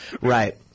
Right